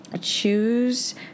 choose